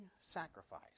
sacrifice